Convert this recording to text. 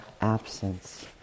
absence